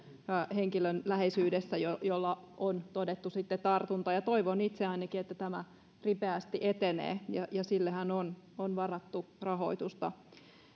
henkilön läheisyydessä jolla on sitten todettu tartunta toivon itse ainakin että tämä ripeästi etenee ja sillehän on on varattu rahoitusta